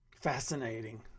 Fascinating